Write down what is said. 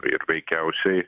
tai ir veikiausiai